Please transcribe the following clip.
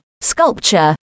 sculpture